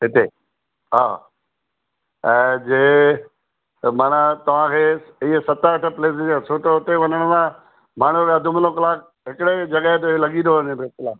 हिते हा ऐं जे माना तव्हांखे इहे सत अठ प्लेसिस सुठो उते वञिणो आहे मां समुझां थो अधु मुनो कलाक हिकिड़े जॻहि ते लॻी थो वञे पियो अधु कलाकु